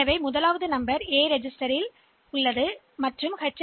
எனவே முதல் எண் இப்போது ஒரு பதிவேட்டில் கிடைக்கிறது பின்னர் எச்